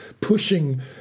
pushing